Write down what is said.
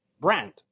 brand